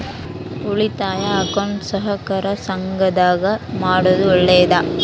ಉಳಿತಾಯ ಅಕೌಂಟ್ ಸಹಕಾರ ಸಂಘದಾಗ ಮಾಡೋದು ಒಳ್ಳೇದಾ?